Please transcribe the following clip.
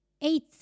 eight